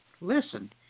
listen